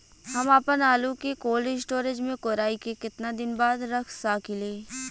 हम आपनआलू के कोल्ड स्टोरेज में कोराई के केतना दिन बाद रख साकिले?